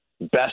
best